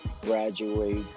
graduate